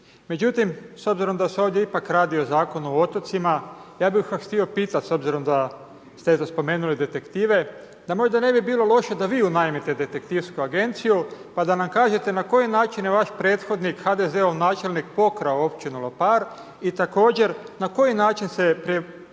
Međutim s obzirom da se ovdje ipak radi o Zakonu o otocima, ja bih ipak htio pitati s obzirom da ste eto spomenuli detektive, da možda ne bi bilo loše da vi unajmite detektivsku agenciju pa da nam kažete na koji način je vaš prethodnik HDZ-ov načelnik pokrao općinu Lopar i također, na koji način se prenamjenjuju